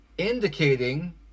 Indicating